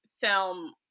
film